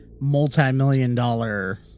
multi-million-dollar